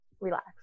relax